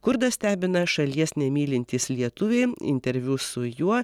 kurdą stebina šalies nemylintys lietuviai interviu su juo